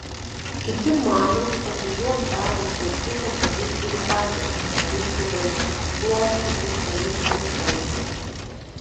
kiti mano kad užuot davę čiulptuką tėvai turi patys nuraminti vaiką glostyti paimti ant rankų